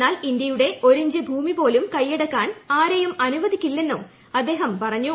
എന്നാൽ ഇന്ത്യയുടെ ഒരിഞ്ചു ഭൂമി പോലും കൈയടക്കാൻ ആരേയും അനുവദിക്കില്ലെന്നും അദ്ദേഹം പറഞ്ഞു